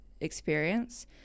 experience